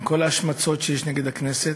עם כל ההשמצות שיש נגד הכנסת,